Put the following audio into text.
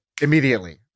Immediately